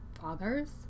fathers